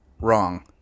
wrong